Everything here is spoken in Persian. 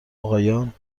آقایان